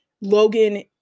Logan